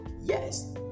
Yes